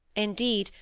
indeed,